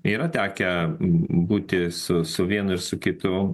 yra tekę būti su su vienu ir su kitu